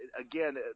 again